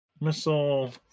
missile